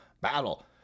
battle